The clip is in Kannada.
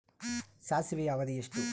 ಸಾಸಿವೆಯ ಅವಧಿ ಎಷ್ಟು?